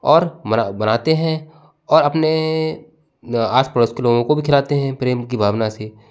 और बनाते हैं और अपने आस पड़ोस के लोगों को भी खिलाते हैं प्रेम की भावना से